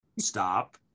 stop